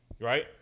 Right